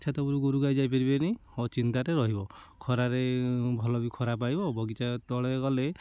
ଛାତ ଉପରକୁ ଗୋରୁ ଗାଈ ଯାଇ ପାରିବେନି ଅଚିନ୍ତାରେ ରହିବ ଖରାରେ ଭଲବି ଖରା ପାଇବ ବଗିଚା ତଳେ କଲେ